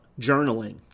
journaling